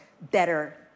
better